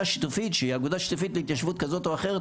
שיתופית שהיא אגודה שיתופית להתיישבות כזאת או אחרת,